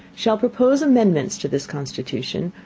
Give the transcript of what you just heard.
shall propose amendments to this constitution,